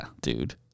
dude